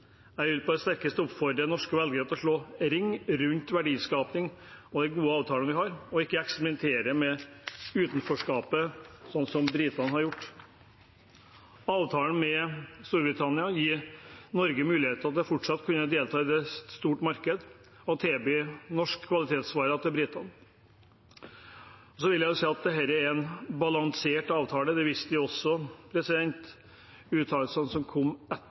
Jeg vil på det sterkeste oppfordre norske velgere til å slå ring rundt verdiskaping og den gode avtalen vi har, og ikke eksperimentere med utenforskapet, sånn som britene har gjort. Avtalen med Storbritannia gir Norge muligheter til fortsatt å kunne delta i et stort marked og tilby norske kvalitetsvarer til britene. Jeg vil si at dette er en balansert avtale. Det viste også uttalelsene som kom etter